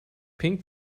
pink